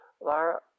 Lyra